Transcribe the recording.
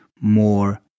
more